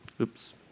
Oops